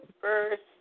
first